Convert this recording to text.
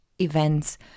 events